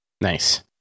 Nice